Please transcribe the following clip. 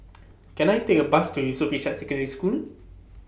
Can I Take A Bus to Yusof Ishak Secondary School